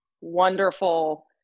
wonderful